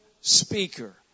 speaker